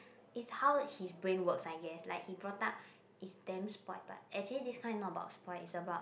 is how his brain work I guess like he brought up is damn spoiled but actually this kind not about spoiled is about